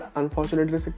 unfortunately